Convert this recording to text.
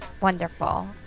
wonderful